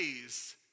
days